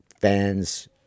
fans